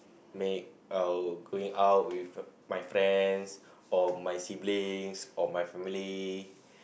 make or going out with my friends my siblings or my family